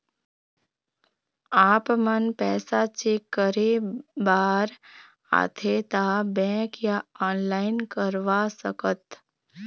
आपमन पैसा चेक करे बार आथे ता बैंक या ऑनलाइन करवा सकत?